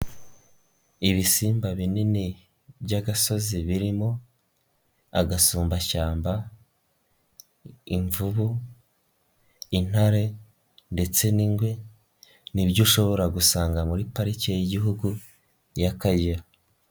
Ibisimba binini by'agasozi birimo, Agasumbashyamba, Imvubu, Intare, ndetse n'Ingwe, nibyo ushobora gusanga muri parike y'igihugu, y'akagera.